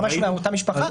ממש מאותה משפחה,